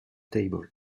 table